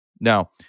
Now